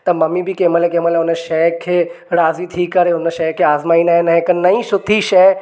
त ममी कंहिं महिल कंहिं महिल हुन शइ खे राज़ी थी करे हुन शइ खे आज़्माईंदा आहिनि हिकु नई सुठी शइ